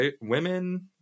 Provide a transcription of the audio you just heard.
women